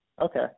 Okay